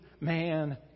man